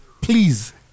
Please